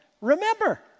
Remember